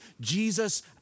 Jesus